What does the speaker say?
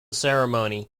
ceremony